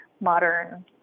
modern